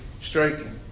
striking